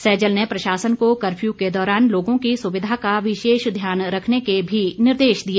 सैजल ने प्रशासन को कर्फ्यू के दौरान लोगों की सुविधा का विशेष ध्यान रखने के भी निर्देश दिए